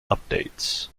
updates